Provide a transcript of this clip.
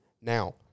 Now